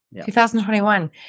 2021